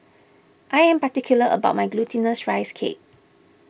I am particular about my Glutinous Rice Cake